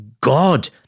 God